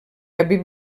haver